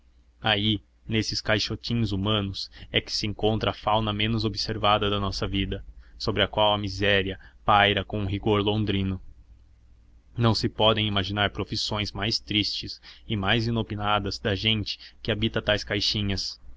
aí nesses caixotins humanos é que se encontra a fauna menos observada da nossa vida sobre a qual a miséria paira com um rigor londrino não se podem imaginar profissões mais tristes e mais inopinadas da gente que habita tais caixinhas